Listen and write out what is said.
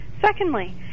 Secondly